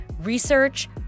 Research